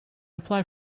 apply